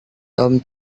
tom